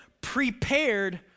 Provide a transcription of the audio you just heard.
prepared